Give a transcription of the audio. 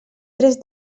tres